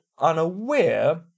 unaware